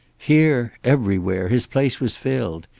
here, everywhere, his place was filled.